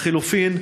2. לחלופין,